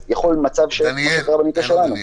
ואז יכול לקרות מצב כמו שקרה במקרה שלנו.